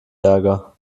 ärger